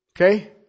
okay